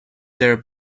their